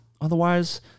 otherwise